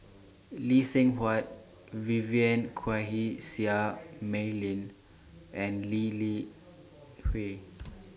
Lee Seng Huat Vivien Quahe Seah Mei Lin and Lee Li Hui